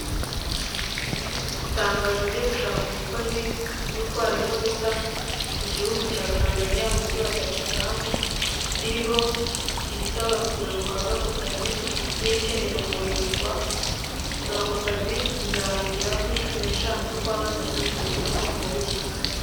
Itangazo ryo gushaka umukozi wo gutwara imodoka mu gihugu cya tanzaniya mu mujyi wa darisarama, ririho ibisabwa kugirango ngo uhabwe ako kazi n'ibikeneye koherezwa gusaba ako kazi, bizarangirarira kuri cumi n'eshanu z'ukwa gatatu bibiri na makumyabiri na kane.